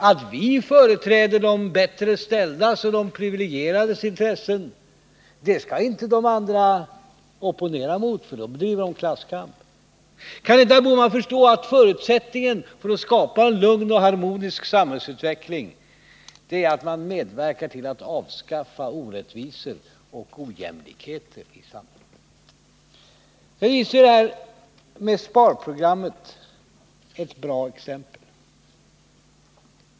Att ni företräder de bäst ställdas, de privilegierades, intressen skall inte de andra opponera sig emot, ty då gör de sig skyldiga till klasskamp. Kan inte herr Bohman förstå att förutsättningen för en lugn och harmonisk samhällsutveckling är att man medverkar till att avskaffa orättvisor och ojämlikheter i samhället? Det här sparprogrammet är ett bra exempel.